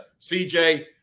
CJ